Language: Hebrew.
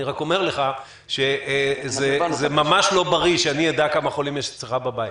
אני רק אומר לך שזה ממש לא בריא שאני אדע כמה חולים יש אצלך בבית,